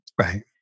Right